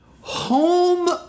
Home